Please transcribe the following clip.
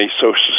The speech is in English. Social